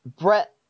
Brett